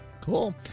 cool